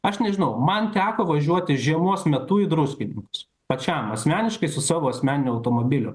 aš nežinau man teko važiuoti žiemos metu į druskininkus pačiam asmeniškai su savo asmeniniu automobiliu